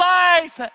life